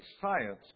science